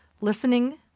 Listening